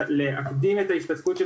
אנחנו צריכים להקדים את היכולת להשתתפות של